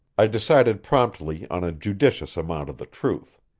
i decided promptly on a judicious amount of the truth.